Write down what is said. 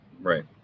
Right